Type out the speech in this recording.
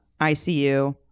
ICU